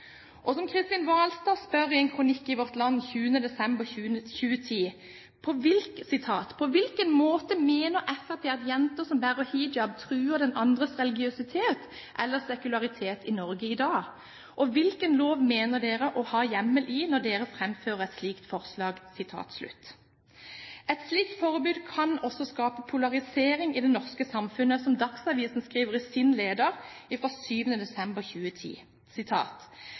Og som Kristin Walstad spør i en kronikk i Vårt Land 20. desember 2010: «På hvilken måte mener Frp jenter som bærer hijab truer den andres religiøsitet eller sekularitet i Norge i dag? Og hvilken lov mener dere å ha hjemmel i når dere fremfører et slikt forslag?» Et slikt forbud kan også skape polarisering i det norske samfunnet, som Dagsavisen skriver i sin leder 7. desember 2010: